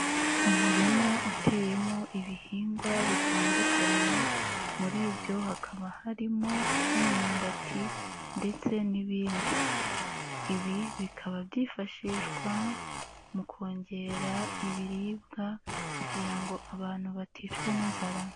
Umurima uteyemo ibihingwa bitandukanye, muri ibyo hakaba harimo nk'imyumbati ndetse n'ibindi. Ibi bikaba byifashishwa mu kongera ibiribwa kugira ngo abantu baticwa n'inzara.